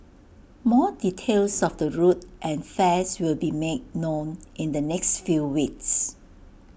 more details of the route and fares will be made known in the next few weeks